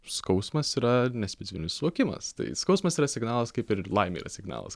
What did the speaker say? skausmas yra nespecifinis suvokimas tai skausmas yra signalas kaip ir laimė yra signalas